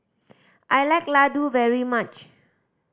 I like laddu very much